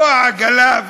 לא העגלה,